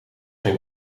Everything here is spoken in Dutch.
geen